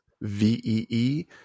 V-E-E